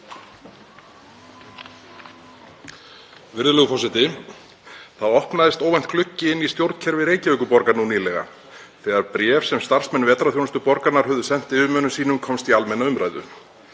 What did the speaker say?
Virðulegur forseti. Það opnaðist óvænt gluggi inn í stjórnkerfi Reykjavíkurborgar nú nýlega þegar bréf sem starfsmenn vetrarþjónustu borgarinnar höfðu sent yfirmönnum sínum komst í almenna umræðu.